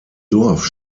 dorf